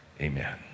Amen